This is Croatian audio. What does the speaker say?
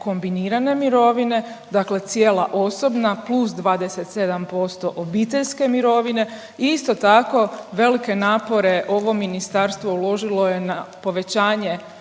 kombinirane mirovine, dakle cijela osobna + 27% obiteljske mirovine i isto tako velike napore ovo ministarstvo uložilo je na povećanje